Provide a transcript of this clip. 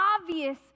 obvious